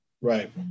Right